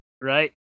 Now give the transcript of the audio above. right